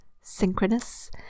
synchronous